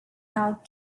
out